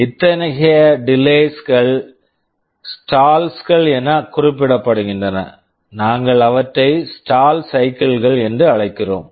இத்தகைய delays delays கள் stalls stalls கள் என குறிப்பிடப்படுகின்றன நாங்கள் அவற்றை ஸ்டால் சைக்கிள்ஸ் stall cycles கள் என்று அழைக்கிறோம்